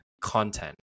content